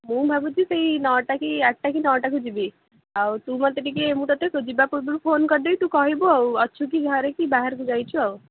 ମୁଁ ଭାବୁଛି ସେହି ନଅଟା କି ଆଠଟା କି ନଅଟାକୁ ଯିବି ଆଉ ତୁ ମୋତେ ଟିକିଏ ମୁଁ ତୋତେ ଯିବା ପୂର୍ବରୁ ଫୋନ୍ କରିଦେବି ତୁ କହିବୁ ଆଉ ଅଛୁ କି ଘରେ କି ବାହାରକୁ ଯାଇଛୁ ଆଉ